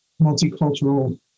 multicultural